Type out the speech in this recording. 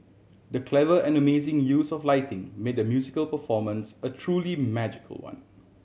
the clever and amazing use of lighting made the musical performance a truly magical one